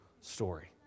story